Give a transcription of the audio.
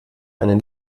einen